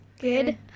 Good